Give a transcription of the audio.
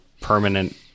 permanent